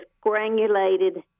granulated